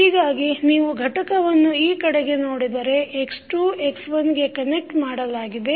ಹೀಗಾಗಿ ನೀವು ಘಟಕವನ್ನು ಈ ಕಡೆಗೆ ನೋಡಿದರೆ x2 x1 ಗೆ ಕನೆಕ್ಟ್ ಮಾಡಲಾಗಿದೆ